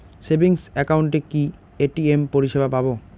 Savings একাউন্টে কি ATM পরিসেবা পাব?